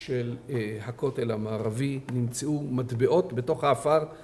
של הכותל המערבי, נמצאו מטבעות בתוך העפר